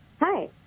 Hi